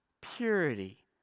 purity